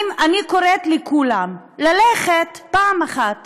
אני קוראת לכולם ללכת פעם אחת